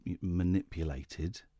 manipulated